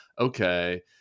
okay